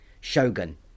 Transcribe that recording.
Shogun